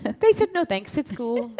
ah they said, no thanks, it's cool.